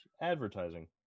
advertising